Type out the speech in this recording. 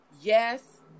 yes